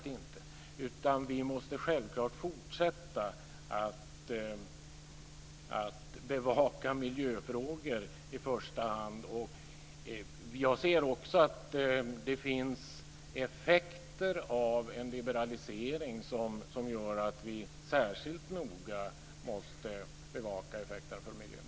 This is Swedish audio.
Vi måste självfallet fortsätta att bevaka miljöfrågorna. Jag ser också att det finns effekter av en liberalisering som gör att vi särskilt noga måste bevaka effekterna för miljön.